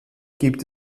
gibt